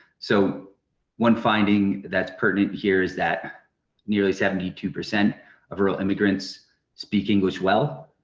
so one finding that's pertinent here is that nearly seventy two percent of rural immigrants speak english well,